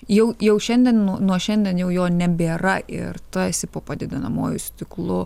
jau jau šiandien nuo šiandien jau jo nebėra ir tu esi po padidinamuoju stiklu